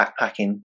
backpacking